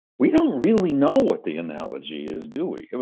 we don't really know what the analogy is, do we?